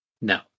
No